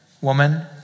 woman